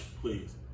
Please